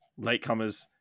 Latecomers